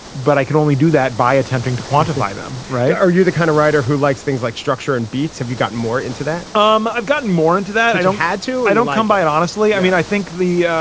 but i can only do that by attempting to quantify them right. are you the kind of writer who likes things like structure and beats? have you gotten more into that? um i've gotten more into that. i don't had to. i don't come by it, honestly i mean, i think the